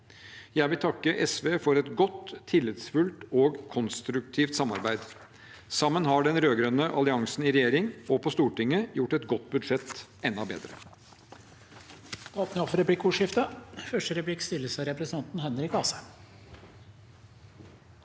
Jeg vil takke SV for et godt, tillitsfullt og konstruktivt samarbeid. Sammen har den rød-grønne alliansen i regjering og på Stortinget gjort et godt budsjett enda bedre.